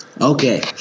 Okay